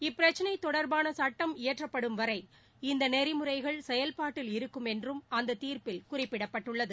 இப்பிரச்சினை தொடர்பான சுட்டம் இயற்றப்படும் வரை இந்த நெறிமுறைகள் செயல்பாட்டில் இருக்கும் என்றும் அந்த தீர்ப்பில் குறிப்பிடப்பட்டுள்ளது